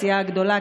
כסיעה הגדולה,